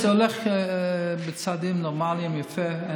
זה הולך בצעדים נורמליים, יפה.